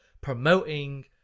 promoting